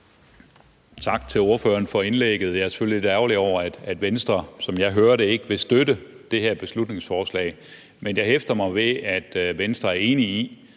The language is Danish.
Tak til ordføreren for indlægget. Jeg er selvfølgelig lidt ærgerlig over, at Venstre, som jeg hører det, ikke vil støtte det her beslutningsforslag. Men jeg hæfter mig ved, at Venstre er enige i,